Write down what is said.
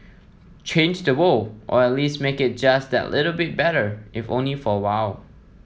change the world or at least make it just that little bit better if only for a while